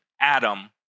Adam